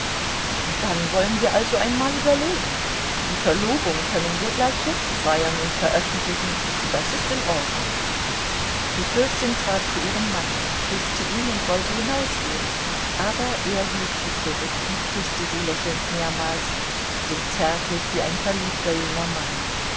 dann wollen wir also einmal überlegen die verlobung können wir gleich jetzt feiern und veröffentlichen das ist in der ordnung die fürstin trat zu ihrem manne küßte ihn und wollte hinausgehen aber er hielt sie zurück und küßte sie lächelnd mehrmals so zärtlich wie ein verliebter junger mann